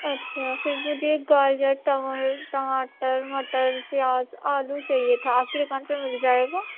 اچھا پھر مجھے گاجر ٹماٹر مٹر پیاز آلو چاہیے تھا آپ کی دُکان پہ مِل جائے گا